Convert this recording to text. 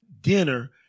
dinner